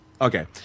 Okay